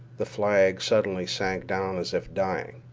the flag suddenly sank down as if dying.